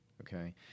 okay